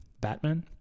batman